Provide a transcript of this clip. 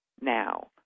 now